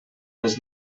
les